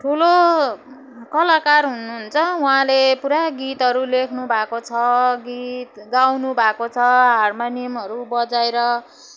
ठुलो कलाकार हुनुहुन्छ उहाँले पुरा गीतहरू लेख्नुभएको छ गीत गाउनुभएको छ हार्मोनियमहरू बजाएर